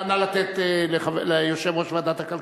נא לתת ליושב-ראש ועדת הכלכלה.